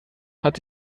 hat